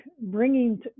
bringing